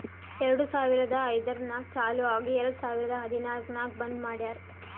ಎರಡು ಸಾವಿರದ ಐಯ್ದರ್ನಾಗ್ ಚಾಲು ಆಗಿ ಎರೆಡ್ ಸಾವಿರದ ಹದನಾಲ್ಕ್ ನಾಗ್ ಬಂದ್ ಮಾಡ್ಯಾರ್